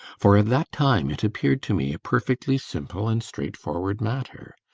for at that time it appeared to me a perfectly simple and straightforward matter.